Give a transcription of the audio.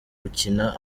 gukina